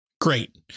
Great